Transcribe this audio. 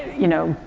you know,